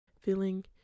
Feeling